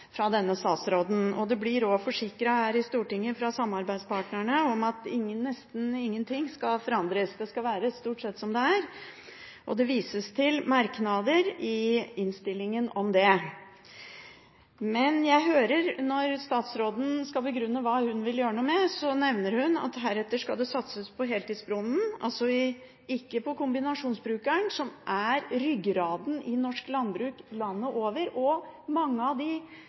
denne statsråden. Det blir også forsikret om fra samarbeidspartnerne i Stortinget at nesten ingenting skal forandres. Det skal stort sett være som det er, og det vises til merknader i innstillingen om dette. Når statsråden skal begrunne hva hun vil gjøre noe med, nevner hun at det heretter skal satses på heltidsbonden, ikke på kombinasjonsbrukeren, som er ryggraden i norsk landbruk landet over. Det er mange av